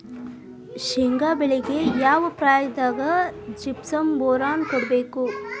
ಶೇಂಗಾ ಬೆಳೆಗೆ ಯಾವ ಪ್ರಾಯದಾಗ ಜಿಪ್ಸಂ ಬೋರಾನ್ ಕೊಡಬೇಕು?